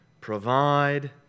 provide